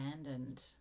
abandoned